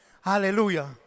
Hallelujah